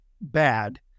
bad